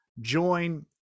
join